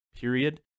period